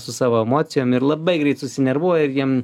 su savo emocijom ir labai greit susinervuoja ir jiem